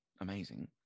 amazing